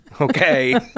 Okay